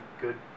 good